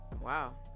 Wow